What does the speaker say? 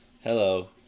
Hello